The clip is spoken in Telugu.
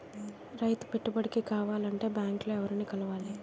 రైతు పెట్టుబడికి కావాలంటే బ్యాంక్ లో ఎవరిని కలవాలి?